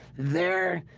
their